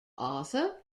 arthur